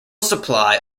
supply